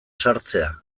sartzea